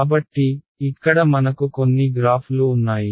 కాబట్టి ఇక్కడ మనకు కొన్ని గ్రాఫ్లు ఉన్నాయి